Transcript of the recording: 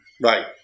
Right